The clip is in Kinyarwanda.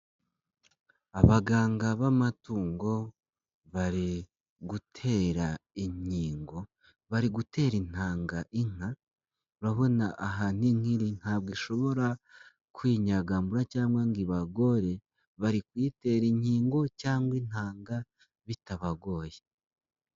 Abaganga b'amatungo bari gutera inkingo, bari gutera intanga inka urabona ahantu inka iri ntabwo ishobora kwinyagambura cyangwa ngo ibagore bari kuyitera inkingo cyangwa intanga bitabagoye.